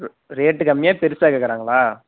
ரே rate கம்மியாக பெருசாக கேட்கறாங்களா